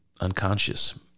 unconscious